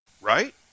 Right